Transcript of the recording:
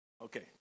Okay